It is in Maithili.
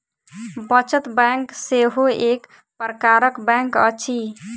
बचत बैंक सेहो एक प्रकारक बैंक अछि